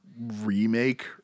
remake